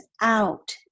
out